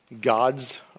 God's